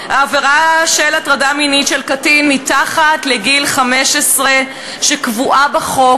"העבירה של הטרדה מינית של קטין מתחת לגיל 15 הקבועה בחוק"